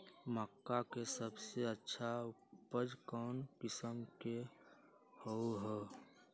मक्का के सबसे अच्छा उपज कौन किस्म के होअ ह?